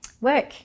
work